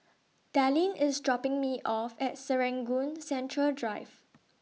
Dallin IS dropping Me off At Serangoon Central Drive